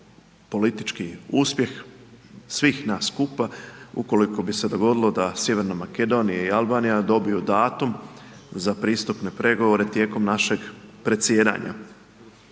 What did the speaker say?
politički uspjeh svih nas skupa ukoliko bi se dogodilo da Sjeverna Makedonije i Albanija dobiju datum za pristupne pregovore tijekom našeg predsjedanja.